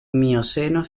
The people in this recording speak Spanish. mioceno